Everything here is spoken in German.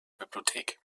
bibliothek